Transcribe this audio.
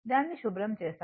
దాని శుభ్రం చేస్తాను